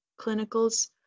clinicals